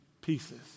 pieces